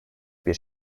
bir